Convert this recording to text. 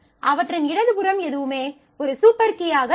அவற்றின் இடது புறம் எதுவுமே ஒரு சூப்பர் கீயாக இல்லை